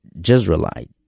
Jezreelite